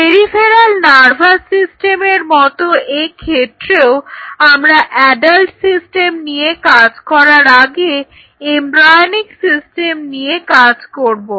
peripheral nervous সিস্টেমের মত এক্ষেত্রেও আমরা অ্যাডাল্ট সিস্টেম নিয়ে কাজ করার আগে এমব্রায়োনিক সিস্টেম নিয়ে কাজ করব